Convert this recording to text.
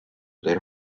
their